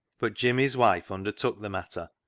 but jimmy's wife undertook the matter,